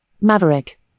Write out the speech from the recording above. Maverick